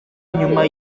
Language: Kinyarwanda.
nyuma